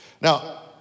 Now